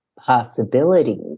possibility